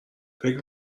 فکر